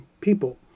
people